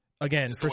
again